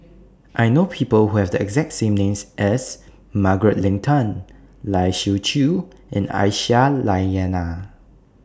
I know People Who Have The exact name as Margaret Leng Tan Lai Siu Chiu and Aisyah Lyana